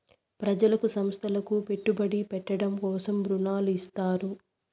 ప్రజలకు సంస్థలకు పెట్టుబడి పెట్టడం కోసం రుణాలు ఇత్తారు